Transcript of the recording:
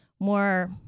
more